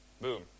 Boom